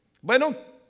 Bueno